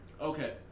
Okay